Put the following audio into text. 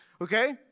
okay